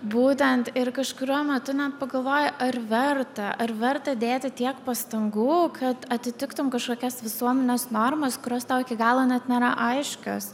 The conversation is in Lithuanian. būtent ir kažkuriuo metu net pagalvoji ar verta ar verta dėti tiek pastangų kad atitiktum kažkokias visuomenės normas kurios tau iki galo net nėra aiškios